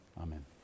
amen